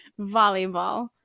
volleyball